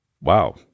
wow